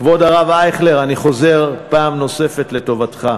כבוד הרב אייכלר, אני חוזר פעם נוספת, לטובתך.